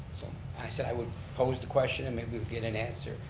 so i said i would propose the question and maybe we'd get an answer.